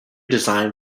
design